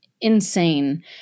insane